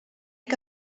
que